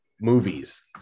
movies